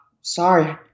Sorry